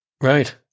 Right